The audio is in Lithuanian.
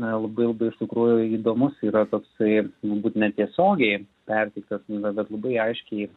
na labai labai iš tikrųjų įdomus yra toksai būt netiesiogiai perteiktas knygoj bet labai aiškiai